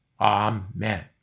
Amen